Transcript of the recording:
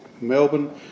Melbourne